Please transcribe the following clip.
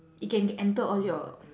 it can g~ enter all your